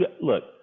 look